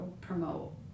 promote